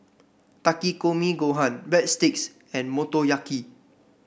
Takikomi Gohan Breadsticks and Motoyaki